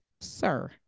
sir